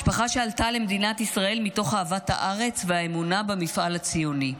משפחה שעלתה למדינת ישראל מתוך אהבת הארץ והאמונה במפעל הציוני.